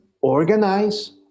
organize